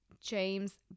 James